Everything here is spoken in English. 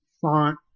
font